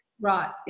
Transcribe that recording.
Right